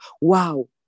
Wow